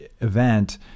event